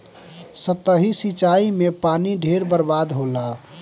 सतही सिंचाई में पानी ढेर बर्बाद होला